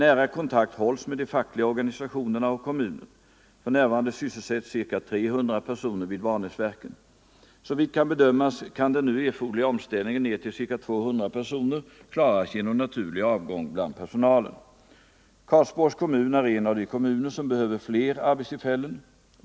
Nära kontakt hålls med de fackliga organisationerna och kommunen. För närvarande sysselsätts ca 300 per soner vid Vanäsverken. Såvitt kan bedömas kan den nu erforderliga om personalen. Karlsborgs kommun är en av de kommuner som behöver fler arbets tillfällen.